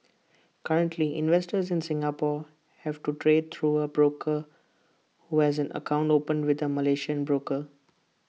currently investors in Singapore have to trade through A broker who has an account opened with A Malaysian broker